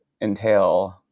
entail